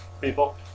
People